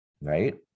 right